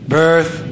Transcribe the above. birth